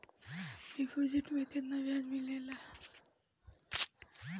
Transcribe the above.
Deposit मे केतना बयाज मिलेला?